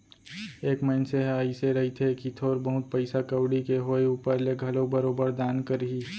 एक मनसे ह अइसे रहिथे कि थोर बहुत पइसा कउड़ी के होय ऊपर ले घलोक बरोबर दान करही